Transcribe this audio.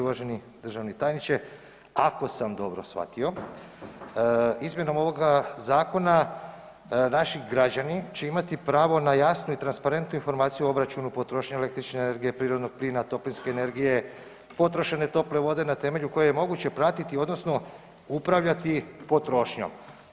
Uvaženi državni tajniče ako sam dobro shvatio izmjenom ovoga zakona naši građani će imati pravo na jasnu i transparentnu informaciju o obračunu potrošnje električne energije, prirodnog plina, toplinske energije, potrošene tople vode na temelju koje je moguće pratiti odnosno upravljati potrošnjom.